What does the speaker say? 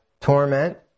torment